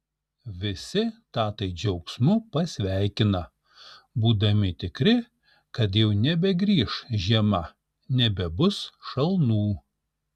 visi tatai džiaugsmu pasveikina būdami tikri kad jau nebegrįš žiema nebebus šalnų